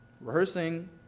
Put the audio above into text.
rehearsing